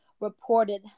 reported